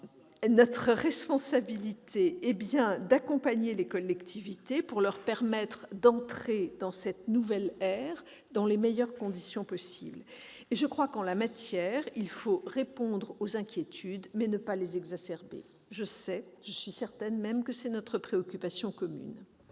Notre responsabilité est bien d'accompagner les collectivités pour leur permettre d'entrer dans cette nouvelle ère dans les meilleures conditions possible. Je crois que, en la matière, il faut répondre aux inquiétudes et non pas les exacerber. Je suis certaine que telle est notre préoccupation commune.